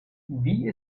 wie